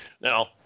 Now